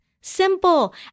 simple